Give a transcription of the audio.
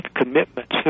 commitments